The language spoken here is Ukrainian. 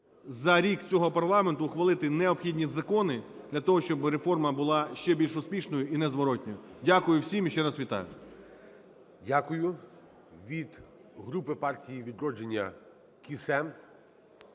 …за рік цього парламенту ухвалити необхідні закони для того, щоб реформа була ще більш успішною і незворотною. Дякую всім і ще раз вітаю. ГОЛОВУЮЧИЙ. Дякую. Від групи "Партія "Відродження" Кіссе